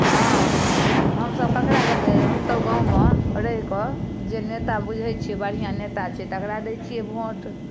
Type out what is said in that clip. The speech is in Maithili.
हँ हमसभ ककरा देबै हमसभ गाँवमे रहि कऽ जे नेता बुझै छियै बढ़िआँ नेता छै तकरा दै छियै भोट